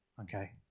Okay